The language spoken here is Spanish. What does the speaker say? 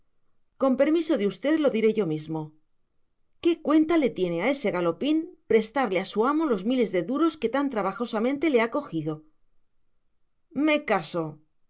con permiso de usted lo diré yo mismo qué cuenta le tiene a ese galopín prestarle a su amo los miles de duros que tan trabajosamente le ha cogido me caso